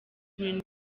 green